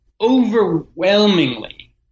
overwhelmingly